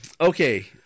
Okay